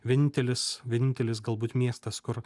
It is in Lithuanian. vienintelis vienintelis galbūt miestas kur